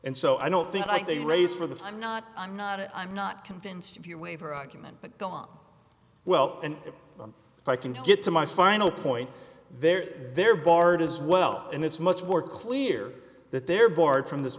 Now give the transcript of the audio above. and so i don't think like they raise for the i'm not i'm not i'm not convinced if you waiver argument but go on well and if i can get to my final point there they're barred as well and it's much more clear that they're barred from this